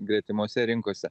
gretimose rinkose